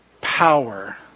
power